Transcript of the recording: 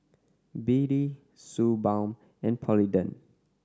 B D Suu Balm and Polident